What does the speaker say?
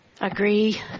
Agree